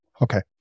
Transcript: Okay